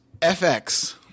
FX